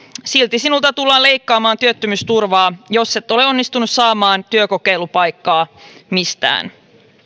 silti sinulta tullaan leikkaamaan työttömyysturvaa jos et ole onnistunut saamaan työkokeilupaikkaa mistään